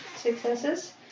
successes